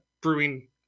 brewing